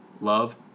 love